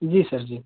जी sir जी